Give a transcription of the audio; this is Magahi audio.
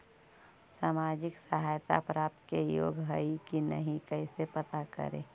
सामाजिक सहायता प्राप्त के योग्य हई कि नहीं कैसे पता करी?